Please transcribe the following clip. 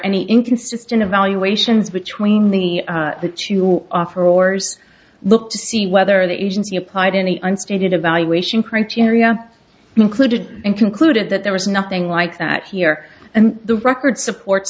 any inconsistent evaluations between the two who offer ors look to see whether the agency applied any unstated evaluation criteria included and concluded that there was nothing like that here and the record supports